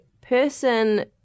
person